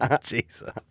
Jesus